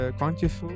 conscious